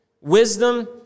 wisdom